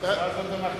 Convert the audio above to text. חבר הכנסת